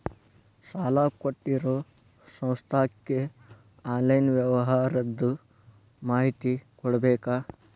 ಸಾಲಾ ಕೊಟ್ಟಿರೋ ಸಂಸ್ಥಾಕ್ಕೆ ಆನ್ಲೈನ್ ವ್ಯವಹಾರದ್ದು ಮಾಹಿತಿ ಕೊಡಬೇಕಾ?